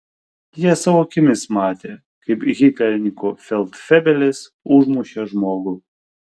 jie savo akimis matė kaip hitlerininkų feldfebelis užmušė žmogų